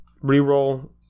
re-roll